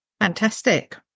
Fantastic